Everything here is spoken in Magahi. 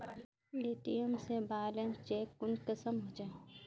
ए.टी.एम से बैलेंस चेक कुंसम होचे?